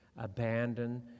Abandon